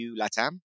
LATAM